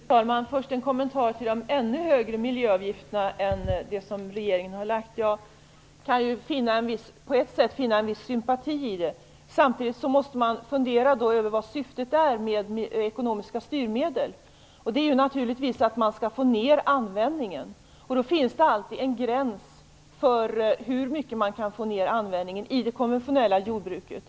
Fru talman! Först vill jag kommentera förslaget om att det skall vara ännu högre miljöavgifter än vad regeringen har föreslagit. Jag kan på ett sätt finna det sympatiskt. Samtidigt måste man fundera över vad syftet är med ekonomiska styrmedel. Det är naturligtvis att man skall få ner användningen. Det finns alltid en gräns för hur mycket man kan få ner användningen i det konventionella jordbruket.